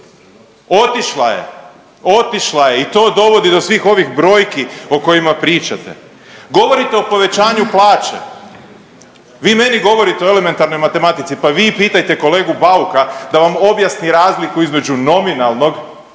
otišla je i to dovodi do svih ovih brojki o kojima pričate. Govorite o povećanju plaće, vi meni govorite o elementarnoj matematici pa vi pitajte kolegu Bauka da vam objasni razliku između nominalnog,